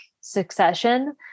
succession